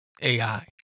AI